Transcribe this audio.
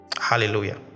hallelujah